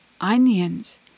onions